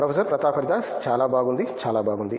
professor Pratap Haridas చాలా బాగుంది చాలా బాగుంది